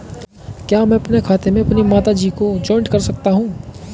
क्या मैं अपने खाते में अपनी माता जी को जॉइंट कर सकता हूँ?